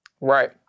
Right